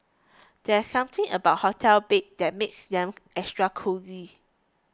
there's something about hotel beds that makes them extra cosy